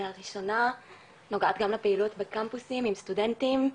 הראשונה נוגעת גם לפעילות בקמפוסים עם סטודנטים,